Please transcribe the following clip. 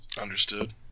Understood